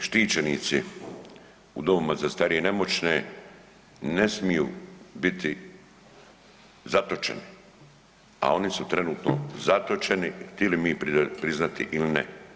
Naši štićenici u domovima za starije i nemoćne ne smiju biti zatočeni, a oni su trenutno zatočeni tili mi priznati ili ne.